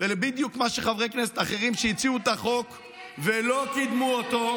ובדיוק למה שחברי כנסת אחרים שהציעו את החוק ולא קידמו אותו,